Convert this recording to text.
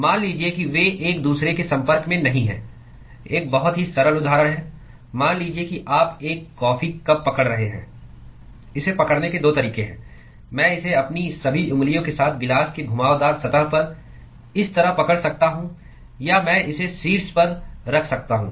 मान लीजिए कि वे एक दूसरे के संपर्क में नहीं हैं एक बहुत ही सरल उदाहरण है मान लीजिए कि आप एक कॉफी कप पकड़ रहे हैं इसे पकड़ने के 2 तरीके हैं मैं इसे अपनी सभी उंगलियों के साथ गिलास की घुमावदार सतह पर इस तरह पकड़ सकता हूं या मैं इसे शीर्ष पर रख सकता हूं